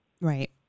Right